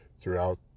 throughout